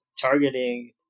targeting